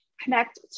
connect